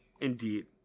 Indeed